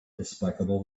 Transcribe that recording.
despicable